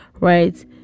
right